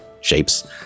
shapes